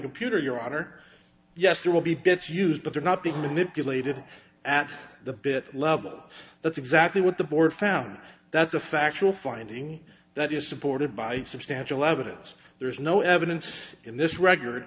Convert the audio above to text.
computer your honor yes there will be bits used but they're not being manipulated at the bit level that's exactly what the board found that's a factual finding that is supported by substantial evidence there is no evidence in this record